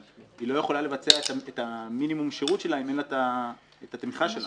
אבל היא לא יכולה לבצע את המינימום שרות שלה אם אין לה את התמיכה שלנו.